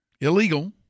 illegal